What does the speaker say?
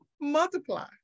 Multiply